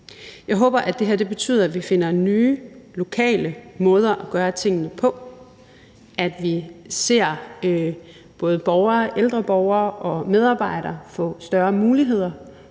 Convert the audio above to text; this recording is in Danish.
Jeg håber, at det her betyder, at vi finder nye, lokale måder at kunne gøre tingene på, og at vi ser både ældre borgere og medarbejdere få større muligheder